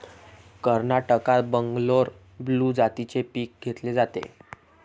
कर्नाटकात बंगलोर ब्लू जातीचे पीक घेतले जाते